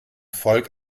volk